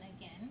again